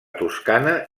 toscana